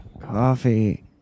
coffee